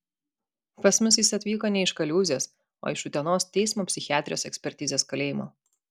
pas mus jis atvyko ne iš kaliūzės o iš utenos teismo psichiatrijos ekspertizės kalėjimo